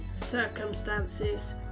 circumstances